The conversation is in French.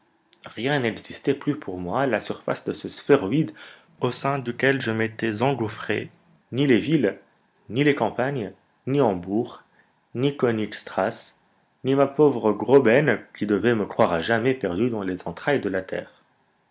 rien n'existait plus pour moi à la surface de ce sphéroïde au sein duquel je m'étais engouffré ni les villes ni les campagnes ni hambourg ni knig strasse ni ma pauvre graüben qui devait me croire à jamais perdu dans les entrailles de la terre